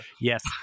yes